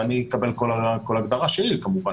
ואקבל כל הגדרה שהיא כמובן,